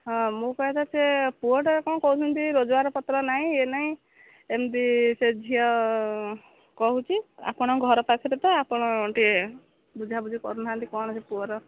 ହଁ ମୁଁ କହିବା କଥା ସେ ପୁଅଟା କ'ଣ କହୁଛନ୍ତି ରୋଜଗାର ପତ୍ର ନାହିଁ ଇଏ ନାହିଁ ଏମିତି ସେ ଝିଅ କହୁଛି ଆପଣଙ୍କ ଘର ପାଖରେ ତ ଆପଣ ଟିକେ ବୁଝା ବୁଝି କରୁ ନାହାନ୍ତି କ'ଣ ସେ ପୁଅର